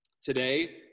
today